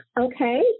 Okay